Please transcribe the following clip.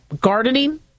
gardening